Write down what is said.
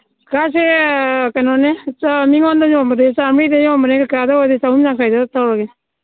ꯀꯀꯥꯁꯤ ꯀꯩꯅꯣꯅꯦ ꯃꯤꯉꯣꯟꯗ ꯌꯣꯟꯕꯗꯗꯤ ꯆꯥꯝꯃꯔꯤꯗ ꯌꯣꯟꯕꯅꯦ ꯀꯀꯥꯗ ꯑꯣꯏꯔꯗꯤ ꯆꯍꯨꯝ ꯌꯥꯡꯈꯩꯗ ꯇꯧꯔꯒꯦ